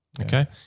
Okay